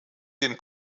den